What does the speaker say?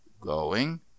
Going